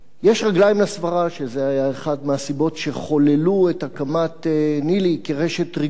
יש רגליים לסברה שזו היתה אחת הסיבות שחוללו את הקמת ניל"י כרשת ריגול,